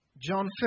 John